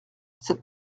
cette